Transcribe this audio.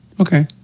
Okay